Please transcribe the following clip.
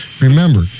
Remember